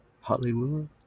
Hollywood